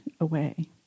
away